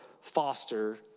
foster